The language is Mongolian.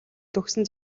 төгссөн